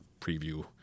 preview